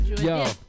Yo